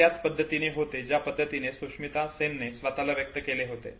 हे त्याच पद्धतीचे होते ज्यापद्धतीने सुष्मिता सेनने स्वताला व्यक्त केले होते